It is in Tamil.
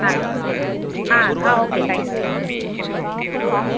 ஆ ஆ ஆ ஓகே தேங்க் யூ ஆ